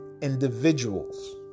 individuals